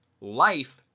Life